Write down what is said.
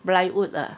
plywood ah